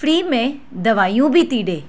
free में दवायूं बि थी ॾे